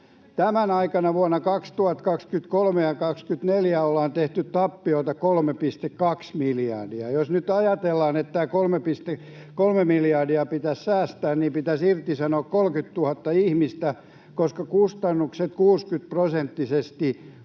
Tänä aikana vuosina 2023 ja 2024 ollaan tehty tappiota 3,2 miljardia. Jos nyt ajatellaan, että tämä 3,3 miljardia pitäisi säästää, niin pitäisi irtisanoa 30 000 ihmistä, koska kustannukset 60-prosenttisesti ovat